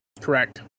correct